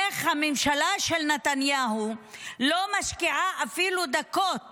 איך הממשלה של נתניהו לא משקיעה אפילו דקות